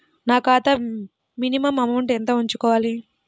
నా ఖాతా minimum amount ఎంత ఉంచుకోవాలి?